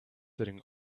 sitting